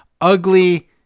ugly